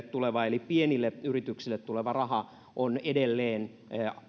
tuleva eli pienille yrityksille tuleva raha on edelleen